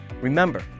Remember